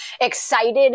excited